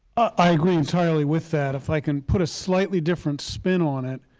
i agree entirely with that. if i can put a slightly different spin on it,